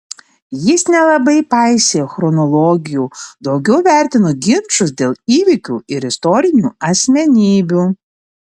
jis nelabai paisė chronologijų daugiau vertino ginčus dėl įvykių ir istorinių asmenybių